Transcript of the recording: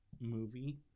movie